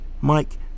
Mike